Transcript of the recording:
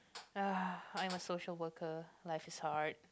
uh I am a social worker life is hard